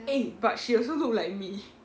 eh but she also look like me